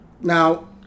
now